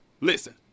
Listen